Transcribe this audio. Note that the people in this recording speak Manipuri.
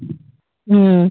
ꯎꯝ